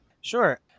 Sure